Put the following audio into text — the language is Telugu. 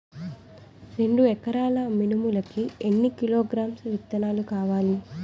రెండు ఎకరాల మినుములు కి ఎన్ని కిలోగ్రామ్స్ విత్తనాలు కావలి?